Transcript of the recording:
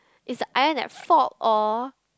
it's the iron at fault or